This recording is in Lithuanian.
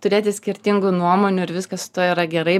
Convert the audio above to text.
turėti skirtingų nuomonių ir viskas su tuo yra gerai